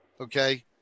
Okay